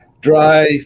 dry